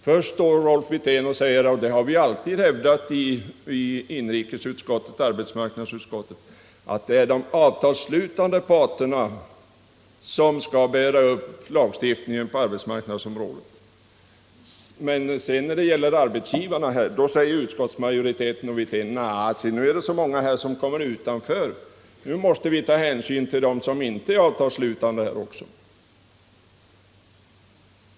Först står Rolf Wirtén och säger att man alltid har hävdat i inrikesoch arbetsmarknadsutskotten, att det är de avtalsslutande parterna som skall bära upp lagstiftningen på arbetsmarknadsområdet. Men när det sedan gäller arbetsgivarna säger utskottsmajoriteten och Rolf Wirtén: Nej, nu är det så många som kommer utanför, nu måste vi ta hänsyn till dem som inte är avtalsanslutna.